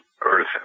earth